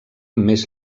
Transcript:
més